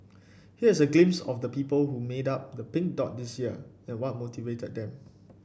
here is a glimpse of the people who made up the Pink Dot this year and what motivated them